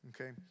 Okay